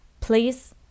Please